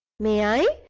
may i?